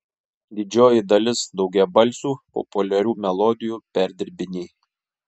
didžioji dalis daugiabalsių populiarių melodijų perdirbiniai